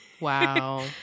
Wow